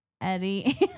Eddie